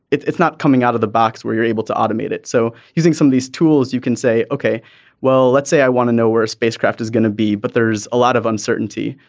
it's it's not coming out of the box where you're able to automate it. so using some of these tools you can say ok well let's say i want to know where a spacecraft is going to be but there's a lot of uncertainty.